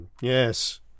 yes